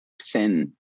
sin